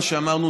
מה שאמרנו,